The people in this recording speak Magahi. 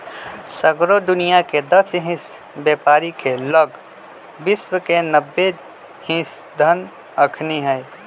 सगरो दुनियाँके दस हिस बेपारी के लग विश्व के नब्बे हिस धन अखनि हई